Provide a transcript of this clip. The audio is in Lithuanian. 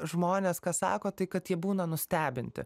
žmonės ką sako tai kad jie būna nustebinti